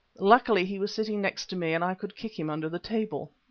luckily he was sitting next to me and i could kick him under the table.